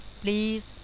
Please